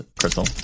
Crystal